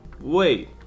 Wait